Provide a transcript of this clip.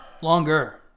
longer